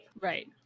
Right